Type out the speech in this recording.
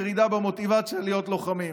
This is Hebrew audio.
ירידה במוטיבציה להיות לוחמים.